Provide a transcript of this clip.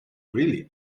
really